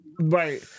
Right